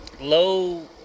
Low